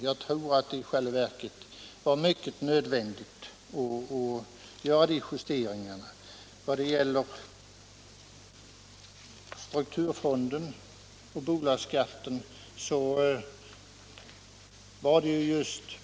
Jag tror att det i själva verket var mycket nödvändigt att göra de justeringarna.